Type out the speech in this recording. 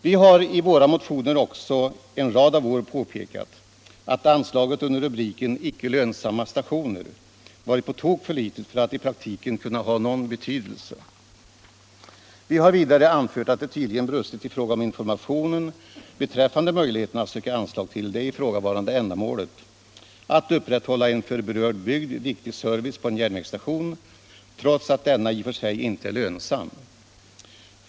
Vi har i våra motioner en rad av år också påpekat att anslaget under rubriken Icke lönsamma stationer varit på tok för litet för att i praktiken kunna ha någon betydelse. Vi har vidare anfört att det tydligen brustit i fråga om informationen beträffande möjligheterna att söka anslag till det ifrågavarande ändamålet — att upprätthålla en för berörd bygd viktig service på en järnvägsstation trots att denna i och för sig inte är lönsam.